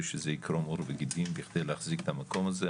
שזה יקרום עור וגידים בכדי להחזיק את המקום הזה,